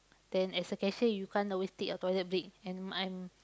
then as a cashier you can't always take your toilet break and I'm